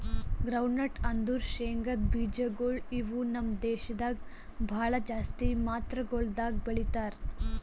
groundnut ಅಂದುರ್ ಶೇಂಗದ್ ಬೀಜಗೊಳ್ ಇವು ನಮ್ ದೇಶದಾಗ್ ಭಾಳ ಜಾಸ್ತಿ ಮಾತ್ರಗೊಳ್ದಾಗ್ ಬೆಳೀತಾರ